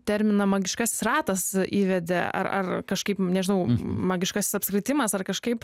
terminą magiškasis ratas įvedė ar ar kažkaip nežinau magiškasis apskritimas ar kažkaip